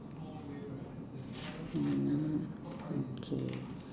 okay